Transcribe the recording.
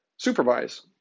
supervise